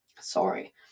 sorry